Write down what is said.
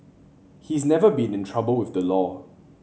he's never been in trouble with the law